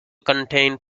contained